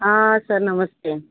हां सर नमस्ते